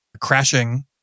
Crashing